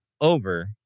over